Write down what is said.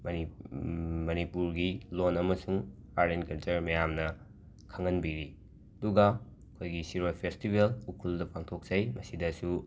money ꯃꯅꯤꯄꯨꯔꯒꯤ ꯂꯣꯟ ꯑꯃꯁꯨꯡ ꯑꯥꯔꯠ ꯑꯦꯟ ꯀꯜꯆꯔ ꯃꯌꯥꯝꯅ ꯈꯪꯍꯟꯕꯤꯔꯤ ꯑꯗꯨꯒ ꯑꯩꯈꯣꯏꯒꯤ ꯁꯤꯔꯣꯏ ꯐꯦꯁꯇꯤꯕꯦꯜ ꯎꯈ꯭ꯔꯨꯜꯗ ꯄꯥꯡꯊꯣꯛꯆꯩ ꯃꯁꯤꯗꯁꯨ